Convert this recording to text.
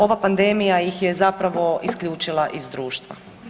Ova pandemija ih je zapravo isključila iz društva.